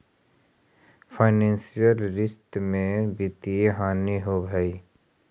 financial रिश्त में वित्तीय हानि होवऽ हई